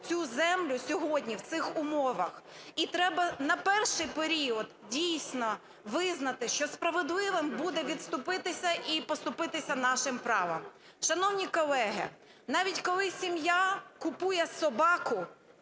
цю землю сьогодні в цих умовах. І треба на перший період дійсно визнати, що справедливим буде відступитися і поступитися нашим правом. Шановні колеги, навіть коли сім'я купує собаку,